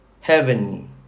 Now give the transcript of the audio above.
heaven